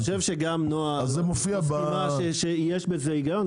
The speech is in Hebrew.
אני חושב שגם נועה מסכימה שיש בזה היגיון,